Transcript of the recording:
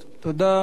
תודה.